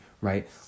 right